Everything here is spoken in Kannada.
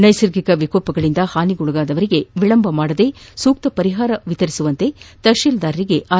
ನೈಸರ್ಗಿಕ ವಿಕೋಪಗಳಿಂದ ಹಾನಿಗೊಳಗಾದವರಿಗೆ ವಿಳಂಬ ಮಾಡದೇ ಸೂಕ್ತ ಪರಿಹಾರ ವಿತರಿಸುವಂತೆ ತಹಸೀಲ್ದಾರರಿಗೆ ಆರ್